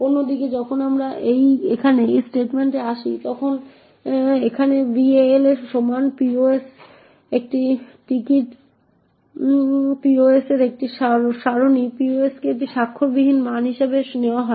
অন্যদিকে যখন আমরা এখানে এই স্টেটমেন্টে আসি তখন এখানে val এর সমান pos এর একটি সারণী pos কে একটি স্বাক্ষরবিহীন মান হিসাবে নেওয়া হয়